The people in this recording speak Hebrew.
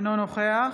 אינו נוכח